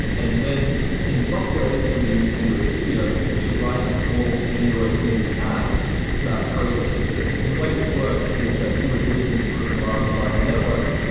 and then in software you would use android studio to write a small android things app that processes this and the way it would work is that you would listen for commands via the network.